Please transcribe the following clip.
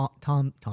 Tom